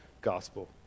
gospel